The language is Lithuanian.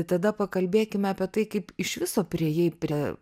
tada pakalbėkime apie tai kaip iš viso priėjai prie